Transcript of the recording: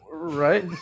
Right